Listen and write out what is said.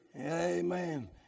Amen